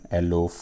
Hello